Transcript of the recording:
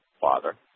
Father